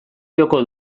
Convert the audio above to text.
joko